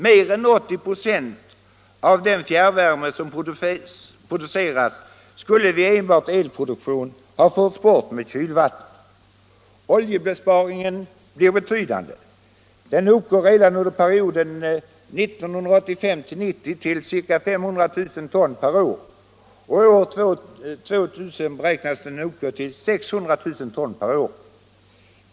Mer än 80 96 av den fjärrvärme som produceras skulle vid enbart elproduktion ha förts bort med kylvattnet. Oljebesparingen blir betydande. Den uppgår redan under perioden 1985-1990 till ca 500 000 ton per år, och år 2000 beräknas den uppgå till 600 000 ton per år.